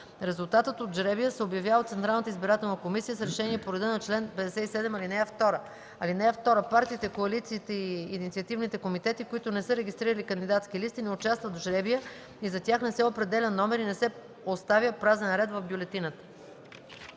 Резултатът от жребия се обявява от Централната избирателна комисия с решение по реда на чл. 57, ал. 2. (2) Партиите, коалициите и инициативните комитети, които не са регистрирали кандидатски листи, не участват в жребия и за тях не се определя номер и не се оставя празен ред в бюлетината.”